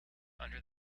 under